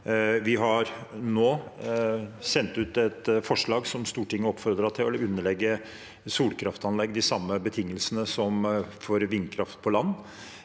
Vi har nå sendt ut et forslag som Stortinget oppfordret til, om å underlegge solkraftanlegg de samme betingelsene som vindkraft på land,